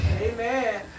Amen